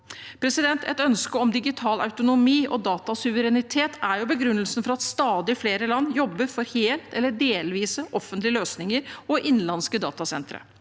om dette. Et ønske om digital autonomi og datasuverenitet er begrunnelsen for at stadig flere land jobber for helt eller delvise offentlige løsninger og innenlandske datasentre.